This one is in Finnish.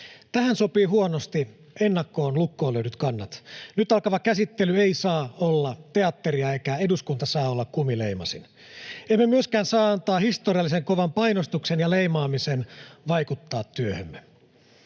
Tähän sopivat huonosti ennakkoon lukkoon lyödyt kannat — nyt alkava käsittely ei saa olla teatteria, eikä eduskunta saa olla kumileimasin. Emme myöskään saa antaa historiallisen kovan painostuksen ja leimaamisen vaikuttaa työhömme.